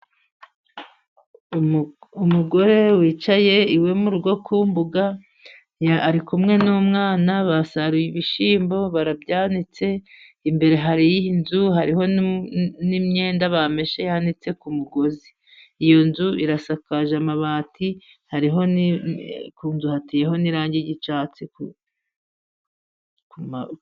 Umugore wicaye iwe mu rugo ku mbuga, ari kumwe n'umwana. Basaruye ibishyimbo barabyanitse. Imbere hari inzu, hariho n'imyenda bameshe yanitse ku mugozi. Iyo nzu isakaje amabati, hariho ku nzu hateyeho n'irangi ry'icatsi ku...